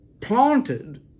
planted